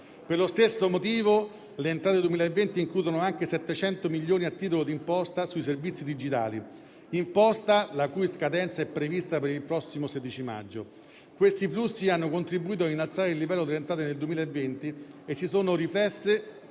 Per lo stesso motivo le entrate 2020 includono anche 700 milioni a titolo di imposta sui servizi digitali (imposta la cui scadenza è prevista per il prossimo 16 maggio). Questi flussi hanno contribuito a innalzare il livello delle entrate nel 2020 e si sono riflesse